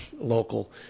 local